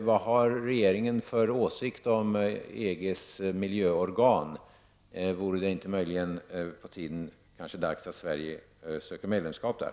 Vad har regeringen för åsikt om EG:s miljöorgan? Vore det inte på tiden att Sverige sökte medlemskap där?